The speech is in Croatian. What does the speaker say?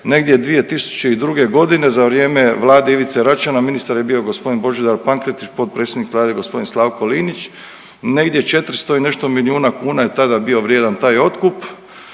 negdje 2002. godine za vrijeme Vlade Ivice Račana, ministar je bio gospodin Božidar Pankretić, potpredsjednik Vlade gospodin Slavko Linić. Negdje 400 i nešto milijuna kuna je tada bio vrijedan taj otkup